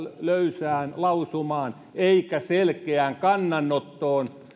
löysään lausumaan eikä selkeään kannanottoon